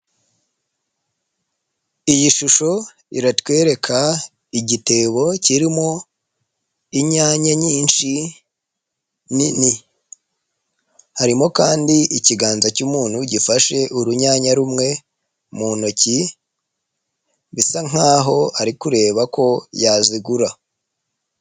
Iyi shusho, iratwereka, igitebo kirimo, inyanya nyinshi, nini. Harimo kandi ikiganza cy'umuntu gifashe urunyanya rumwe, mu ntoki, bisa nkaho ari kureba ko yazigura.